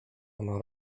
ono